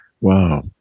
Wow